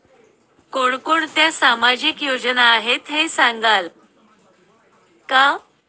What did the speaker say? कोणकोणत्या सामाजिक योजना आहेत हे सांगाल का?